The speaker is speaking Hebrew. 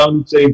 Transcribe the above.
כמה נמצאים,